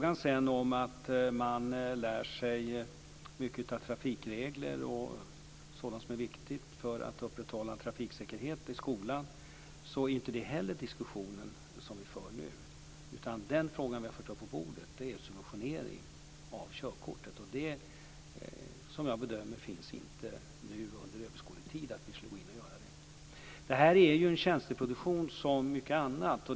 Att man lär sig mycket av trafikregler och sådant som är viktigt för att upprätthålla trafiksäkerheten i skolan är inte vad vi diskuterar nu. Den fråga som vi har på bordet handlar om subventionering av körkortet. Det finns, som jag bedömer det, ingenting under överskådlig tid som talar för att vi skulle göra det. Det här är en tjänsteproduktion som mycket annat.